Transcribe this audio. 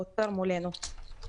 חברי הלשכה ו-25% מהתיירות זה בודדים.